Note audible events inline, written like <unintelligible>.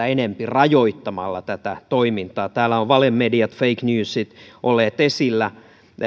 <unintelligible> enempi rajoittamalla tätä toimintaa täällä ovat valemediat fake newsit olleet esillä